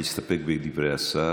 להסתפק בדברי השר,